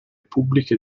pubbliche